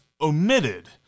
omitted